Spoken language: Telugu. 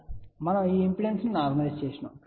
కాబట్టి మనం ఈ ఇంపిడెన్స్ను నార్మలైస్ చేశాము